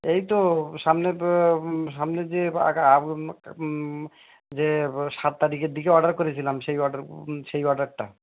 এই তো সামনের দো সামনে যে আঁকা কা যে সাত তারিখের দিকে অর্ডার করেছিলাম সেই অর্ডার সেই অর্ডারটা